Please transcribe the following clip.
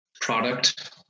product